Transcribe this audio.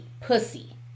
pussy